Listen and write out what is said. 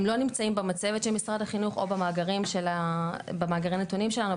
הם לא נמצאים במצבת של משרד החינוך או במאגרי נתונים שלנו,